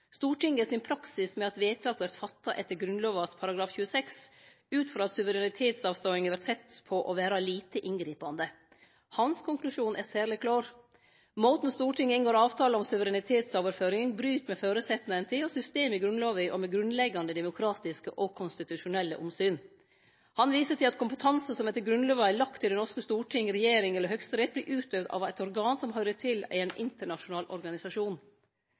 Stortinget sin praksis med at vedtak vert fatta etter Grunnlova § 26 ut frå at suverenitetsavståinga vert sett på å vere «lite inngripande». Hans konklusjon er særleg klår: «Måten Stortinget inngår avtaler om suverenitetsoverføring bryt med føresetnaden til og systemet i Grunnlova og med grunnleggjande demokratiske og konstitusjonelle omsyn.» Han viser til at kompetanse som etter Grunnlova er lagt til det norske storting, regjering eller Høgsterett, vert utøvd av eit organ som høyrer til ein internasjonal organisasjon.